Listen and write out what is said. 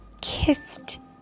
kissed